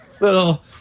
little